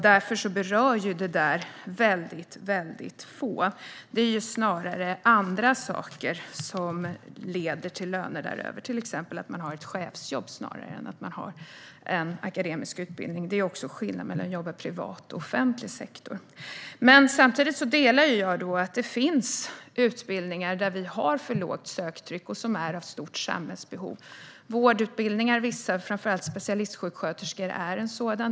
Därför berör detta väldigt få. Det är snarare annat än att man har en akademisk utbildning som leder till löner däröver, till exempel att man har ett chefsjobb. Det är också skillnad mellan att jobba i privat och offentlig sektor. Men jag delar uppfattningen att det finns utbildningar där vi har ett för lågt söktryck - och det finns ett stort samhällsbehov. Vissa vårdutbildningar, framför allt för specialistsjuksköterskor, är sådana.